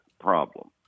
problem